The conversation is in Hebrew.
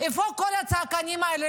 איפה כל הצעקנים האלה?